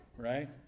right